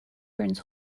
burns